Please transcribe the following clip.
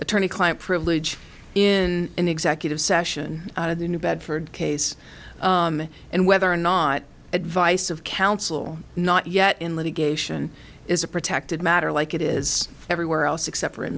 attorney client privilege in an executive so action of the new bedford case and whether or not advice of counsel not yet in litigation is a protected matter like it is everywhere else except for